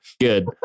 Good